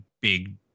big